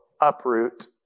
uproot